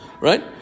Right